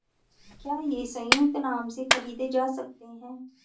क्या ये संयुक्त नाम से खरीदे जा सकते हैं?